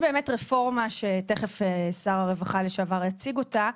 רפורמה שתיכף שר הרווחה לשעבר יציג אותה,